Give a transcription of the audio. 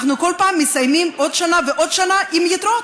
אנחנו כל פעם מסיימים עוד שנה ועוד שנה עם יתרות.